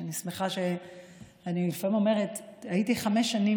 שאני שמחה אני לפעמים אומרת: הייתי חמש שנים